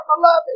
beloved